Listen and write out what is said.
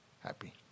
happy